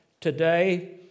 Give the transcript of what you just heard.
today